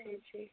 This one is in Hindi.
जी जी